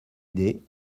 idée